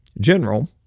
general